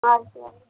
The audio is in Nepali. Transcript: हजुर